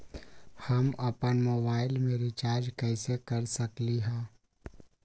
हम अपन मोबाइल में रिचार्ज कैसे कर सकली ह?